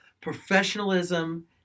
professionalism